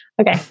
okay